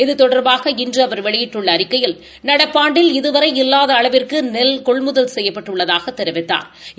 இது தொட்பாக இன்று அவர் வெளியிட்டுள்ள அறிக்கையில் நடப்பு ஆண்டில் இதுவரை இல்லாத அளவுக்கு நெல் கொள்முதல் செய்யப்பட்டுள்ளதாகத் தெரிவித்துள்ளாா்